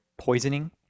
poisoning